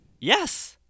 Yes